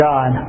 God